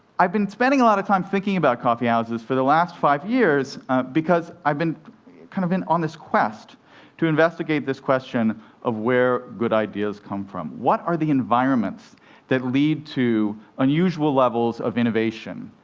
i've been spending a lot of time thinking about coffeehouses for the last five years because i've been kind of on this quest to investigate this question of where good ideas come from. what are the environments that lead to unusual levels of innovation,